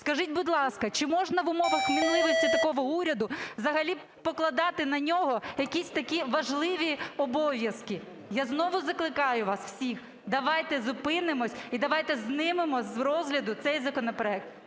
Скажіть, будь ласка, чи можна в умовах мінливості такого уряду взагалі покладати на нього якісь такі важливі обов'язки? Я знову закликаю вас всіх: давайте зупинимося і давайте знімемо з розгляду цей законопроект.